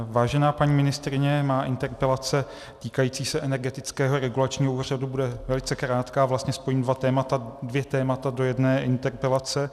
Vážená paní ministryně, má interpelace týkající se Energetického regulačního úřadu bude velice krátká a vlastně spojím dvě témata do jedné interpelace.